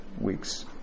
weeks